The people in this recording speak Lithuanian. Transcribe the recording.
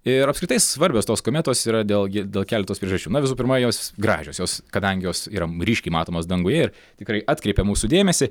ir apskritai svarbios tos kometos yra dėl gi dėl keletos priežasčių na visų pirma jos gražios jos kadangi jos yra ryškiai matomos danguje ir tikrai atkreipia mūsų dėmesį